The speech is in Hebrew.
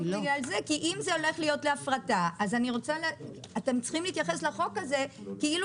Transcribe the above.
אם זה הולך להפרטה אז אתם צריכים להתייחס אל החוק הזה כאילו